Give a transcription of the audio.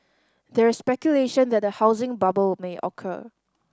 there is speculation that a housing bubble may occur